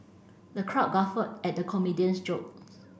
the crowd guffawed at the comedian's joke